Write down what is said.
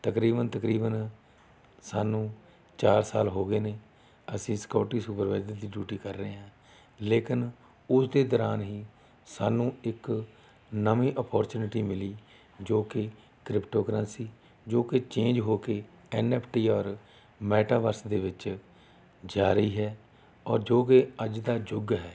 ਤਕਰੀਬਨ ਤਕਰੀਬਨ ਸਾਨੂੰ ਚਾਰ ਸਾਲ ਹੋ ਗਏ ਨੇ ਅਸੀਂ ਸਕਿਊਰਿਟੀ ਸੁਪਰਵਾਈਜ਼ਰ ਦੀ ਡਿਊਟੀ ਕਰ ਰਹੇ ਹਾਂ ਲੇਕਿਨ ਉਸ ਦੇ ਦੌਰਾਨ ਹੀ ਸਾਨੂੰ ਇੱਕ ਨਵੀਂ ਆਪੋਰਚੁਨਿਟੀ ਮਿਲੀ ਜੋ ਕਿ ਕ੍ਰਿਪਟੋ ਕਰੰਸੀ ਜੋ ਕਿ ਚੇਂਜ ਹੋ ਕੇ ਐੱਨ ਐੱਫ਼ ਟੀ ਔਰ ਮੈਟਾਵਰਸ ਦੇ ਵਿੱਚ ਜਾ ਰਹੀ ਹੈ ਔਰ ਜੋ ਕਿ ਅੱਜ ਦਾ ਯੁੱਗ ਹੈ